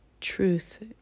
truth